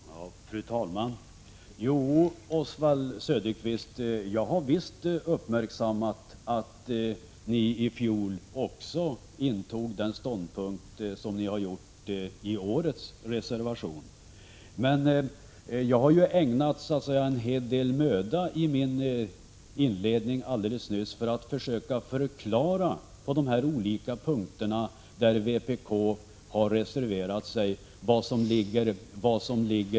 Fru talman! Jo, Oswald Söderqvist, jag har visst uppmärksammat att ni också i fjol intog den ståndpunkt som ni intar i årets reservation. Men i mitt anförande alldeles nyss ägnade jag en hel del möda åt att försöka förklara situationen på de olika punkter där vpk har reserverat sig.